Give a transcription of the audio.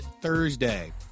Thursday